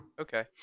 Okay